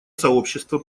сообщество